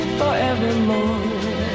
forevermore